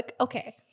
okay